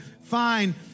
fine